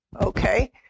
okay